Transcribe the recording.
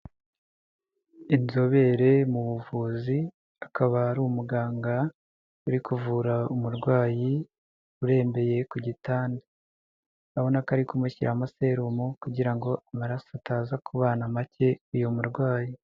Inzobere mu buvuzi akaba ari umuganga uri kuvura umurwayi urembeye ku gitanda abona ko ari kumushyiramo serumu kugira ngo amaraso ataza kubana make uyu murwayi.